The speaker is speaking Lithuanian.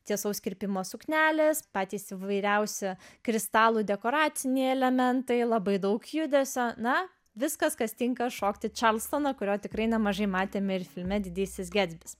tiesaus kirpimo suknelės patys įvairiausi kristalų dekoraciniai elementai labai daug judesio na viskas kas tinka šokti čarlstoną kurio tikrai nemažai matėme ir filme didysis getsbis